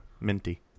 Minty